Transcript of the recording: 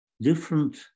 different